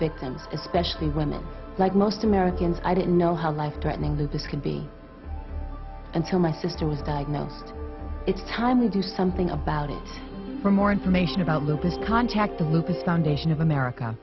can especially women like most americans i don't know how life threatening this could be until my sister was diagnosed it's time to do something about it for more information about lupus contact the lupus foundation of america